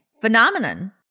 phenomenon